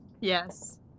Yes